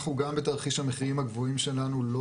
אנחנו גם בתרחיש המחירים הגבוהים שלנו לא